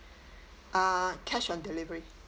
uh cash on delivery